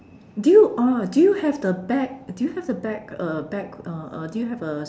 do you uh do you have the back do you have the back uh back uh uh do you have a